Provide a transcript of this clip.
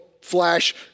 flash